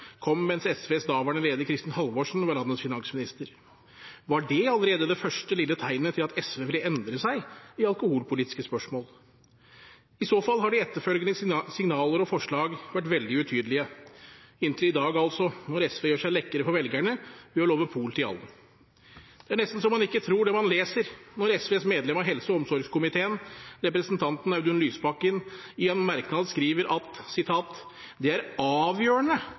kom mens SVs daværende leder, Kristin Halvorsen, var landets finansminister. Var dette allerede det første lille tegnet til at SV ville endre seg i alkoholpolitiske spørsmål? I så fall har de etterfølgende signaler og forslag vært veldig utydelige – inntil i dag, da SV gjør seg lekre for velgerne ved å love pol til alle. Det er nesten så man ikke tror det man leser, når SVs medlem av helse- og omsorgskomiteen, representanten Audun Lysbakken, i en merknad skriver at «det er avgjørende